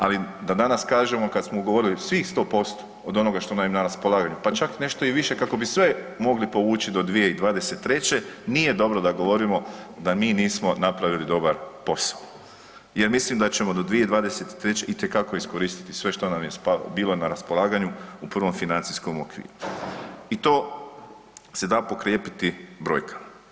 Ali da danas kažemo kada smo ugovorili svih 100% od onoga što nam je na raspolaganju pa čak i nešto više kako bi sve mogli povući do 2023. nije dobro da govorimo da mi nismo napravili dobar posao jer mislim da ćemo do 2023. itekako iskoristiti sve što nam je bilo na raspolaganju u prvom financijskom okviru i to se da potkrijepiti brojkama.